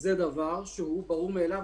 זה דבר שהוא ברור מאליו,